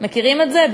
מכירים את זה?